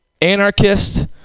anarchist